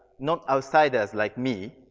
not outsiders like me.